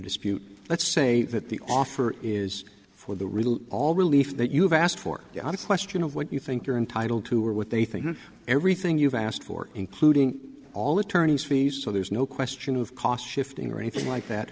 dispute let's say that the offer is for the real all relief that you've asked for ya the question of what you think you're entitled to or what they think everything you've asked for including all attorney's fees so there's no question of cost shifting or anything like that